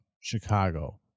Chicago